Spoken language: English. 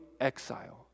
exile